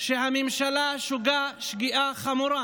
שהממשלה שוגה שגיאה חמורה